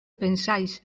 pensáis